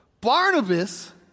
Barnabas